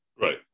right